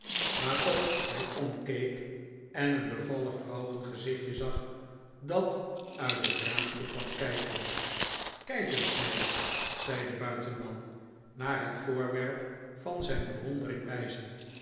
waarop hij omkeek en een bevallig vrouwengezichtje zag dat uit dat raampje kwam kijken kijk eens meid zei de buitenman naar het voorwerp van zijn bewondering wijzend